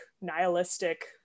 nihilistic